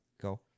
go